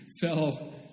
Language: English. fell